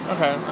Okay